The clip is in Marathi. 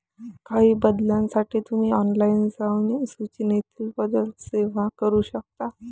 काही बदलांसाठी तुम्ही ऑनलाइन जाऊन सूचनेतील बदल सेव्ह करू शकता